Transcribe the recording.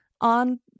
on